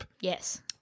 Yes